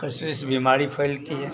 कचरे से बीमारी फैलती है